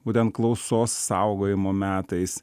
būtent klausos saugojimo metais